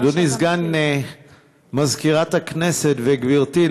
אדוני סגן מזכירת הכנסת וגברתי,